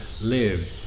live